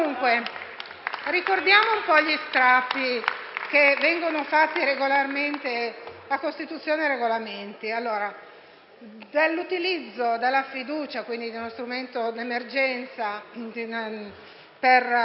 ricordiamo gli strappi che vengono fatti regolarmente a Costituzione e Regolamenti. L'utilizzo della fiducia, quindi uno strumento di emergenza, per